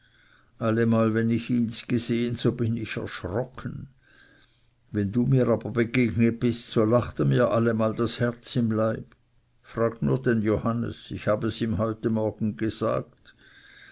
allemal wenn ich ihns gesehen so bin ich erschrocken wenn du mir aber begegnet bist so lachte mir allemal das herz im leibe frag nur den johannes ich habe es ihm heute morgen gesagt